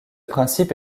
principe